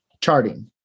Charting